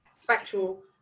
factual